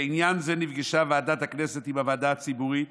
בעניין זה נפגשה ועדת הכנסת עם הוועדה הציבורית